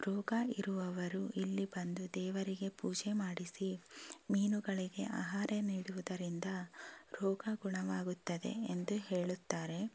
ರೋಗ ಇರುವವರು ಇಲ್ಲಿ ಬಂದು ದೇವರಿಗೆ ಪೂಜೆ ಮಾಡಿಸಿ ಮೀನುಗಳಿಗೆ ಆಹಾರ ನೀಡುವುದರಿಂದ ರೋಗ ಗುಣವಾಗುತ್ತದೆ ಎಂದು ಹೇಳುತ್ತಾರೆ